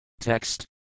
Text